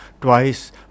twice